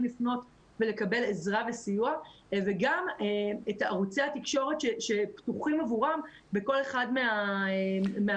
לפנות כדי לקבל עזרה וסיוע מכלי התקשורת שפתוחים עבורם בכל אחת מהרשויות.